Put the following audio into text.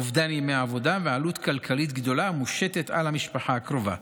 אובדן ימי עבודה ועלות כלכלית גדולה המושתת על המשפחה הקרובה.